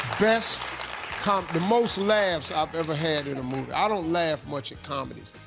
best comedy the most laughs i've ever had in a movie. i don't laugh much at comedies.